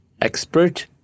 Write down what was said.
expert